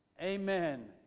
Amen